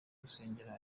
gusengera